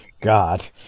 God